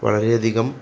വളരെയധികം